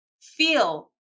feel